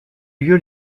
lieu